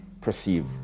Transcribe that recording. perceive